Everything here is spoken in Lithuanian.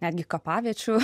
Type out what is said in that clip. netgi kapaviečių